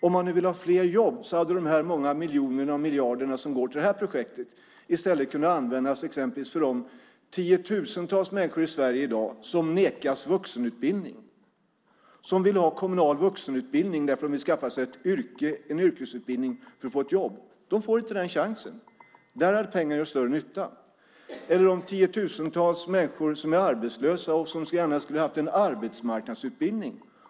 Om man vill ha fler jobb hade alla de miljoner och miljarder som går till det här projektet i stället kunnat användas för de tiotusentals människor i Sverige som i dag nekas vuxenutbildning. De vill ha kommunal vuxenutbildning därför att de vill skaffa sig en yrkesutbildning för att få ett jobb. De får inte den chansen. Där hade pengarna gjort större nytta. Tiotusentals människor som är arbetslösa skulle gärna ha haft en arbetsmarknadsutbildning.